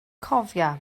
cofia